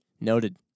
Noted